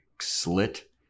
slit